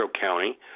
county